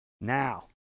Now